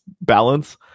balance